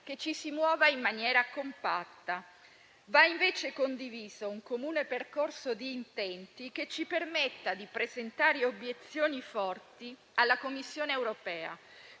che ci si muova in maniera compatta. Va condiviso un comune percorso di intenti che ci permetta di presentare obiezioni forti alla Commissione europea,